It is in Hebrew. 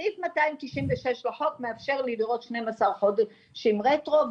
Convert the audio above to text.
סעיף 296 לחוק מאפשר לי לראות שניים עשר חודשים רטרו,